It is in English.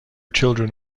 children